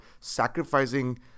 sacrificing